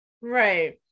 Right